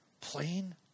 plain